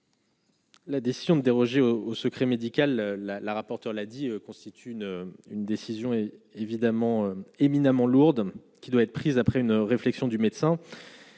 La décision de déroger au secret médical, la la rapporteure, a dit constitue une une décision est évidemment éminemment lourde qui doit être prise après une réflexion du médecin